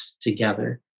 together